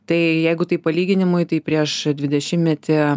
tai jeigu taip palyginimui tai prieš dvidešimtmetį